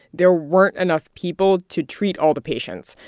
there weren't enough people to treat all the patients.